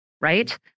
right